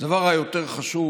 הדבר היותר חשוב